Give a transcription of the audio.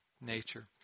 nature